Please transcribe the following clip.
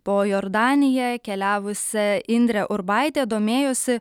po jordaniją keliavusia indre urbaitė domėjosi